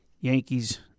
Yankees